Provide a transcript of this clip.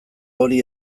hori